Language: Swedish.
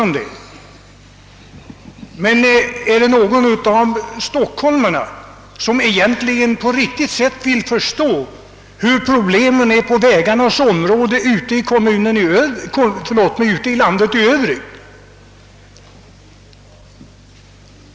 Men finns det någon av stockholmarna som egentligen till fullo vill försöka förstå hur vägproblemen ligger till i landet i övrigt?